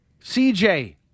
CJ